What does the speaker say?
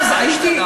מה השתנה?